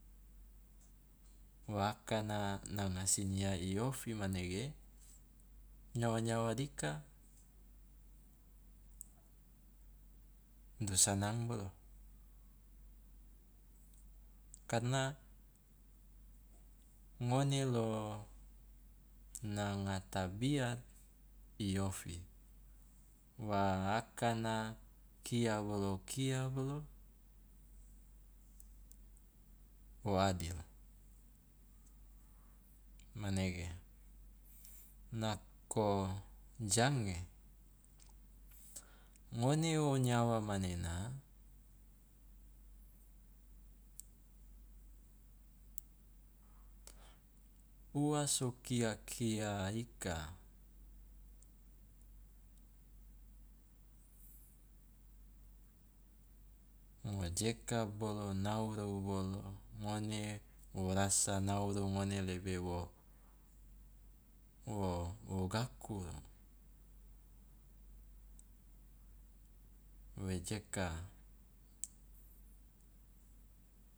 Wa akana nanga sinyia i ofi manege nyawa nyawa dika du sanang bolo, karena ngone lo nanga tabiat i ofi wa akana kia bolo kia bolo wo adil, manege. Nako jange, ngone o nyawa manena ua so kia- kia ika ngojeka bolo nauru bolo ngone wo rasa nauru ngone lebe wo wo gaku, wejeka